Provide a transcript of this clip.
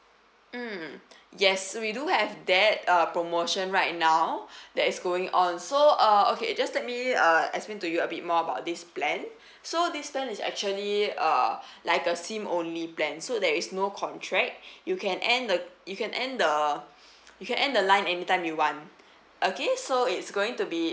mm yes so we do have that uh promotion right now that is going on so uh okay just let me uh explain to you a bit more about this plan so this plan is actually uh like a SIM only plan so there is no contract you can end the you can end the you can end the line anytime you want okay so it's going to be